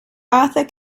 arthur